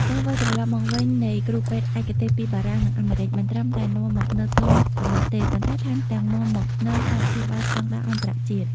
ការវិលត្រឡប់មកវិញនៃគ្រូពេទ្យឯកទេសពីបារាំង និងអាមេរិក មិនត្រឹមតែនាំមកនូវទុនប៉ុណ្ណោះទេ ប៉ុន្តែថែមទាំងនាំមកនូវ "ការព្យាបាល"ស្ដង់ដារអន្តរជាតិ។